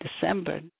December